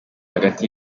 hagati